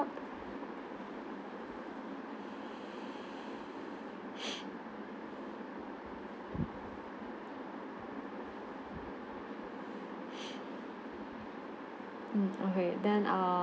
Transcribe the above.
mm okay then err~